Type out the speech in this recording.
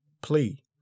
plea